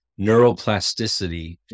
neuroplasticity